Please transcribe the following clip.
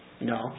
no